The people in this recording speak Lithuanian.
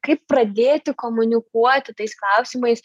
kaip pradėti komunikuoti tais klausimais